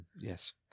Yes